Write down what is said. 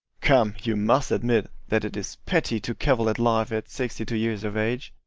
come, you must admit that it is petty to cavil at life at sixty-two years of age.